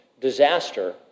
disaster